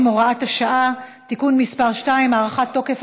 (הוראת שעה) (תיקון מס' 2) (הארכת תוקף),